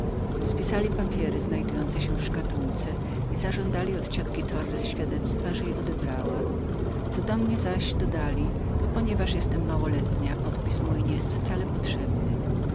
spisali papiery znajdujące się w szkatułce i zażądali od ciotki de torres świadectwa jako je odebrała co do mnie zaś dodali że ponieważ byłam małoletnią podpis mój był wcale